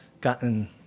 gotten